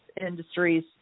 industries